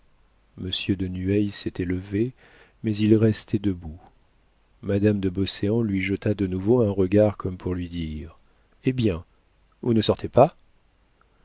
monsieur de nueil s'était levé mais il restait debout madame de beauséant lui jeta de nouveau un regard comme pour lui dire eh bien vous ne sortez pas